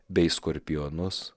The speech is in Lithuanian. bei skorpionus